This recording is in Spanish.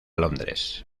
londres